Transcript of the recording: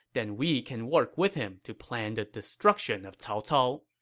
then we can work with him to plan the destruction of cao cao.